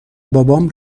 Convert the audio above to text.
بابام